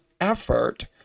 effort